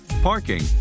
parking